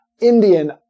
Indian